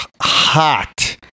hot